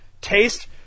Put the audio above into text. taste –